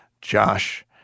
Josh